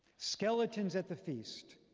skeletons at the feast.